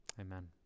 amen